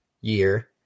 year